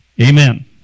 Amen